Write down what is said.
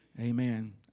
Amen